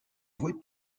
avouer